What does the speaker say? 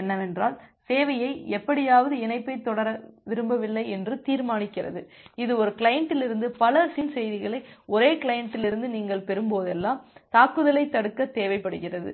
என்னவென்றால் சேவையை எப்படியாவது இணைப்பைத் தொடர விரும்பவில்லை என்று தீர்மானிக்கிறது இது ஒரு கிளையண்டிலிருந்து பல SYN செய்திகளை ஒரே கிளையண்டிலிருந்து நீங்கள் பெறும்போதெல்லாம் தாக்குதலைத் தடுக்க தேவைப்படுகிறது